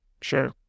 Sure